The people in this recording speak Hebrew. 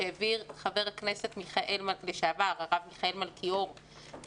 שהעביר חבר הכנסת לשעבר הרב מיכאל מלכיאור,